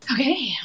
Okay